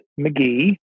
McGee